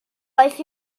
aeth